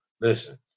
Listen